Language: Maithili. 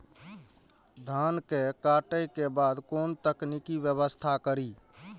धान के काटे के बाद कोन तकनीकी व्यवस्था करी?